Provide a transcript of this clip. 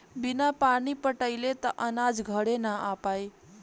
बिना पानी पटाइले त अनाज घरे ना आ पाई